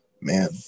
man